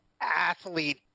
athlete